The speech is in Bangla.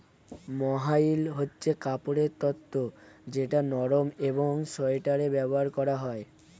মোহাইর হচ্ছে কাপড়ের তন্তু যেটা নরম একং সোয়াটারে ব্যবহার করা হয়